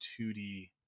2d